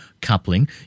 coupling